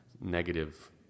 negative